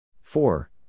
Four